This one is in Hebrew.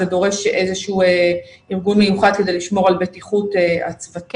זה דורש איזה שהוא ארגון מיוחד כדי לשמור על בטיחות הצוותים,